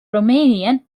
romanian